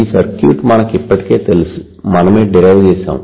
ఈ సర్క్యూట్ మనకు ఇప్పటికే తెలుసు మనమే డిరైవ్ చేసాం